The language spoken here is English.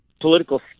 political